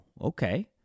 okay